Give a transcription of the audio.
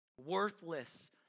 worthless